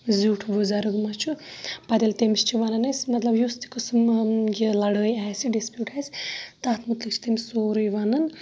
زیُٹھ بُزَرگ ما چھُ پَتہٕ ییٚلہِ تمِس چھِ وَنان أسۍ مَطلَب یُس تہِ قسم یہِ لَڑٲے آسہِ ڈِسپیوٗٹ آسہِ تَتھ مُتلِق چھُ تمِس سورُے وَنان